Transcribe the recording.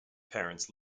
parents